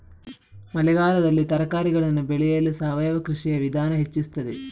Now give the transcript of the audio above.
ಮಳೆಗಾಲದಲ್ಲಿ ತರಕಾರಿಗಳನ್ನು ಬೆಳೆಯಲು ಸಾವಯವ ಕೃಷಿಯ ವಿಧಾನ ಹೆಚ್ಚಿಸುತ್ತದೆ?